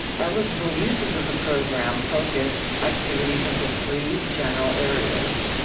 eligible uses of the program. focus activities into three general areas.